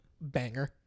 Banger